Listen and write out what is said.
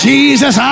Jesus